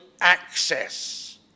access